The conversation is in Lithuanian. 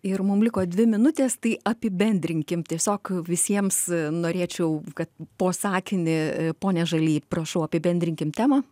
ir mum liko dvi minutės tai apibendrinkim tiesiog visiems norėčiau kad po sakinį pone žaly prašau apibendrinkim temą